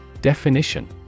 Definition